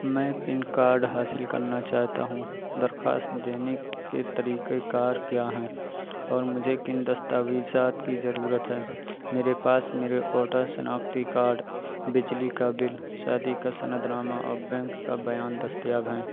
میں PAN card حاصل کرنا چاہتا ہوں درخواست دینے کے طریقہ کار کیا ہیں اور مجھے کن دستاویزات کی ضرورت ہے میرے پاس میرے ووٹر شناختی کارڈ بجلی کا بل شادی کا سند نامہ اور بینک کا بیان دستیاب ہیں